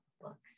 books